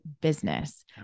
business